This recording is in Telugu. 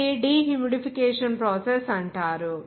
దీనిని డీ హ్యూమిడిఫికేషన్ ప్రాసెస్ అంటారు